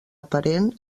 aparent